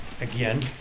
again